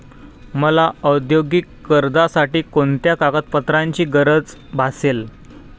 मला औद्योगिक कर्जासाठी कोणत्या कागदपत्रांची गरज भासेल?